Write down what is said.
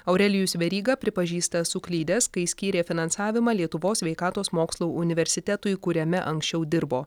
aurelijus veryga pripažįsta suklydęs kai skyrė finansavimą lietuvos sveikatos mokslų universitetui kuriame anksčiau dirbo